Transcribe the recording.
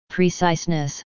Preciseness